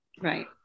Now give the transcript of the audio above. Right